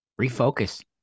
Refocus